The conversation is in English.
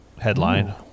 headline